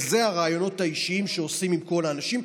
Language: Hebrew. וזה הראיונות האישיים שעושים עם כל האנשים.